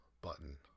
button